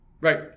right